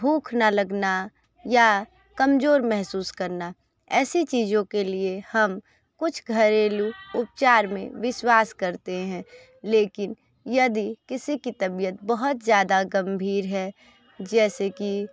भूख न लगना या कमजोर महसूस करना ऐसी चीज़ों के लिए हम कुछ घरेलू उपचार में विश्वास करते हैं लेकिन यदि किसी की तबियत बहुत ज़्यादा गंभीर है जैसे कि